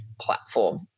platform